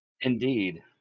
Indeed